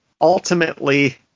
ultimately